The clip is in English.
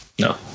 No